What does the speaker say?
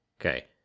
Okay